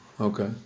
Okay